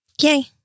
Yay